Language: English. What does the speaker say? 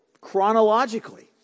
chronologically